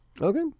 Okay